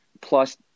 plus